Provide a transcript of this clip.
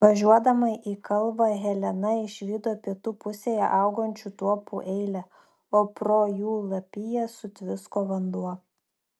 važiuodama į kalvą helena išvydo pietų pusėje augančių tuopų eilę o pro jų lapiją sutvisko vanduo